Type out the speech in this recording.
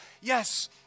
Yes